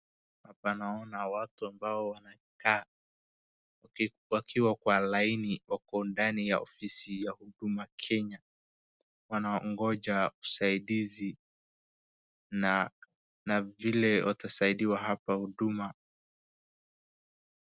Hapa naona watu ambao wanakaa wakiwa kwa laini wako ndani ya ofisi ya Huduma Kenya, wanaongoja usaidizi na vile watasaidiwa hapa huduma.